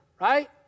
right